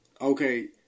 Okay